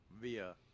via